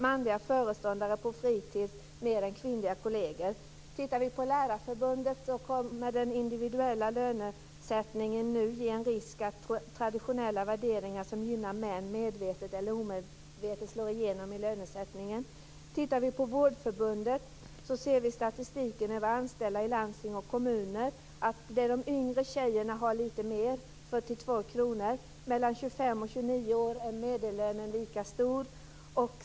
Manliga föreståndare på fritids tjänade mer än kvinnliga kolleger. Tittar vi på Lärarförbundet ser vi att den individuella lönesättningen innebär en risk för att traditionella värderingar som gynnar män medvetet eller omedvetet nu slår igenom i lönesättningen. Tittar vi på Vårdförbundet ser vi att statistik över anställda i landsting och kommuner visar att de yngre tjejerna har lite mer i lön - 42 kr. För kvinnor och män mellan 25 och 29 år är medellönen lika stor.